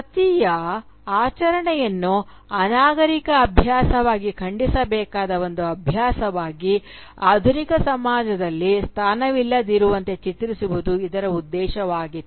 ಸತಿಯ ಆಚರಣೆಯನ್ನು ಅನಾಗರಿಕ ಅಭ್ಯಾಸವಾಗಿ ಖಂಡಿಸಬೇಕಾದ ಒಂದು ಅಭ್ಯಾಸವಾಗಿ ಆಧುನಿಕ ಸಮಾಜದಲ್ಲಿ ಸ್ಥಾನವಿಲ್ಲದಿರುವಂತೆ ಚಿತ್ರಿಸುವುದು ಇದರ ಉದ್ದೇಶವಾಗಿತ್ತು